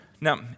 Now